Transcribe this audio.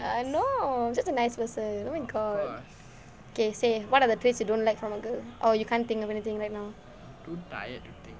I know I'm just a nice person oh my god K say what are the traits you don't like from a girl or you can't think of anything right now